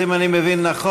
אז אם אני מבין נכון,